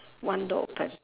one door open